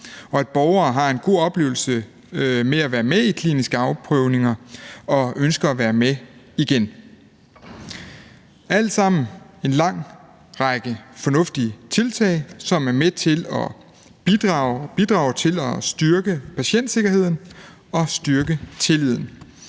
og at borgere har en god oplevelse ved at være med i kliniske afprøvninger og ønsker at være med igen. Det er alt sammen en lang række fornuftige tiltag, som er med til at bidrage til at styrke patientsikkerheden og styrke tilliden.